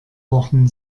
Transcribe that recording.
wochen